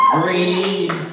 green